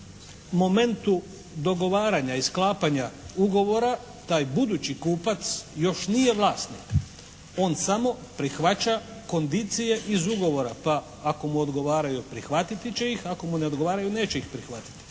u momentu dogovaranja i sklapanja ugovora taj budući kupac još nije vlasnik. On samo prihvaća kondicije iz ugovora. Pa ako mu odgovaraju prihvatiti će ih, ako mu ne odgovaraju neće ih prihvatiti.